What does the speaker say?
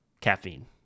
caffeine